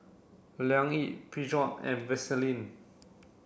Liang Yi Peugeot and Vaseline